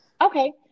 Okay